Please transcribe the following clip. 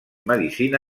medicina